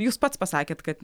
jūs pats pasakėt kad